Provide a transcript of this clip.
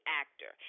actor